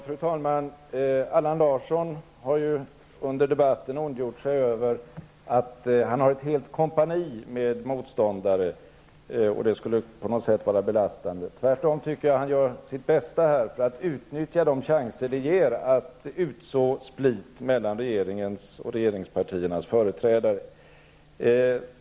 Fru talman! Allan Larsson har under debatten ondgjort sig över att han har ett helt kompani med motståndare, och det skulle på något sätt vara belastande. Tvärtom tycker jag att han gör sitt bästa för att utnyttja de chanser det ger att utså split mellan regeringspartiernas företrädare.